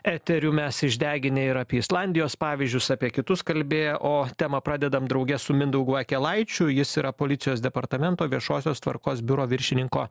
eterių mes išdeginę ir apie islandijos pavyzdžius apie kitus kalbėję o temą pradedam drauge su mindaugu akelaičiu jis yra policijos departamento viešosios tvarkos biuro viršininko